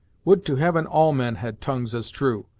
would to heaven all men had tongues as true,